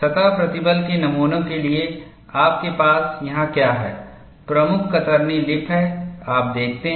सतह प्रतिबल के नमूनों के लिए आपके पास यहाँ क्या है प्रमुख कतरनी लिप हैं आप देखते हैं